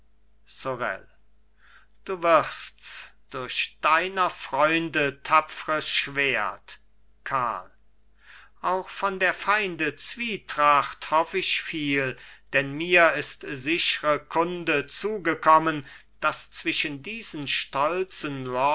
sorel du wirsts durch deiner freunde tapfres schwert karl auch von der feinde zwietracht hoff ich viel denn mir ist sichre kunde zugekommen daß zwischen diesen stolzen